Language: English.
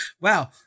Wow